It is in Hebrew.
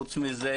חוץ מזה,